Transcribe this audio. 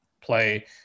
play